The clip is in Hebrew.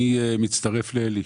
אני מצטרף לאלי,